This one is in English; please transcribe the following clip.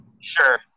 sure